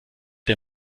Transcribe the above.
der